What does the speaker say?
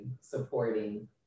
supporting